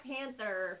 Panther